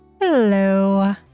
Hello